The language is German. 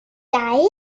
geil